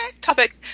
topic